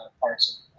parts